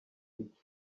ica